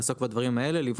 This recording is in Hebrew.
לעסוק בדברים האלה.